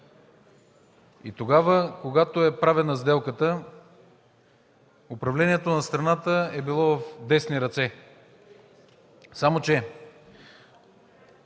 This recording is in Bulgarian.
Тогава, когато е правена сделката, управлението на страната е било в десни ръце. След